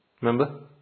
Remember